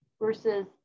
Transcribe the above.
versus